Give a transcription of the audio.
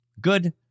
good